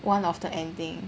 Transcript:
one of the ending